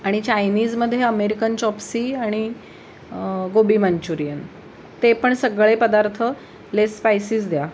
आणि चायनीजमध्ये American chop suey आणि गोबी मंचुरियन ते पण सगळे पदार्थ लेस स्पायसीच द्या